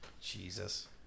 Jesus